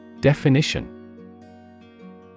Definition